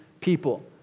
people